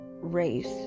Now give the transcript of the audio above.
...race